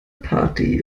party